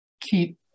keep